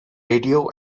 radio